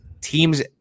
teams